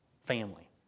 family